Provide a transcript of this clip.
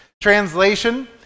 translation